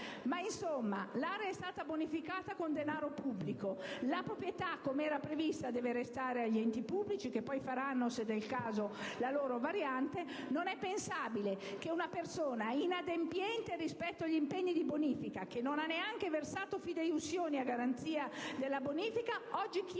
il seguente. L'area è stata bonificata con denaro pubblico; la proprietà - com'era previsto - deve restare agli enti pubblici, che poi faranno, se del caso, la loro variante. Non è pensabile che una persona inadempiente rispetto agli impegni di bonifica, che non ha neanche versato fideiussioni a garanzia della stessa, oggi chieda